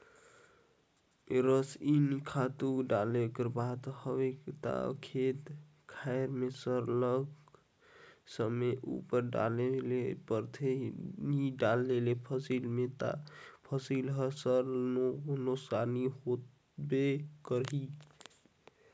रसइनिक खातू डाले कर बात हवे ता खेत खाएर में सरलग समे उपर डाले ले परथे नी डालबे फसिल में ता फसिल हर सरलग नोसकान होबे करही